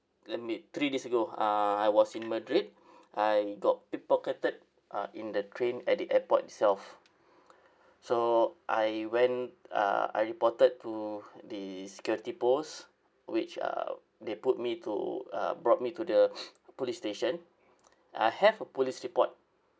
let me three days ago uh I was in madrid I got pickpocketed uh in the train at the airport itself so I went uh I reported to the security post which uh they put me to uh brought me to the police station I have a police report